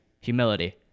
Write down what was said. humility